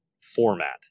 format